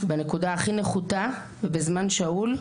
בנקודה הכי נחותה ובזמן שאול,